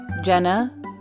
Jenna